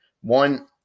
one